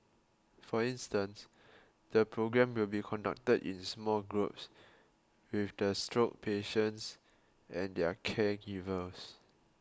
for instance the programme will be conducted in small groups with the stroke patients and their caregivers